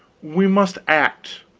we must act.